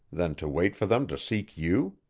than to wait for them to seek you?